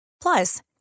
Plus